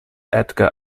edgar